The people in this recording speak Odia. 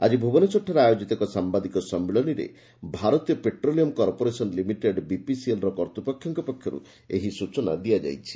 ଆଜି ଭୁବନେଶ୍ୱରଠାରେ ଆୟୋଜିତ ଏକ ସାମ୍ବାଦିକ ସମ୍ମିଳନୀରେ Bharat petroleum corporation limited BPCL କର୍ତ୍ତୂପକ୍ଷଙଙ୍କ ପକ୍ଷରୁ ଏହି ସ୍ଚନା ଦିଆଯାଇଛି